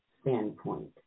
standpoint